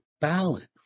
balance